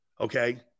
okay